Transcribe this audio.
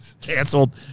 canceled